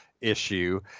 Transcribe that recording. issue